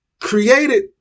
created